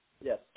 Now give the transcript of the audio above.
Yes